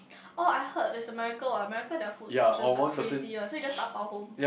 oh I heard there's America America their food portions are like crazy one so you just dabao home